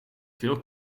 veel